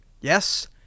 Yes